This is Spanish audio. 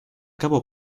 cabo